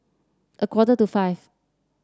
a quarter to five